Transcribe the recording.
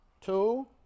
two